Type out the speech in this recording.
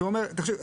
הוא אומר: תקשיב,